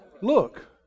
Look